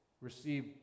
receive